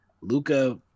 Luca